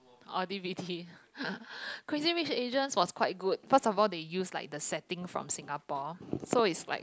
or D_V_D Crazy Rich Asians was quite good first of all they used like the setting from Singapore so it's like